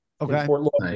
okay